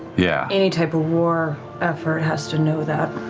yeah any type of war effort has to know that.